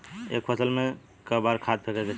एक फसल में क बार खाद फेके के चाही?